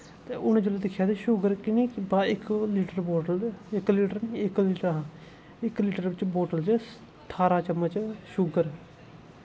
उन्न जिसलै दिक्खेआ ते शुगर इक लीटर बोटल इक लीटर हां इक लीटर बोटल बिच्च ठारां चम्मच शुगर